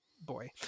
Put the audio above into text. Boy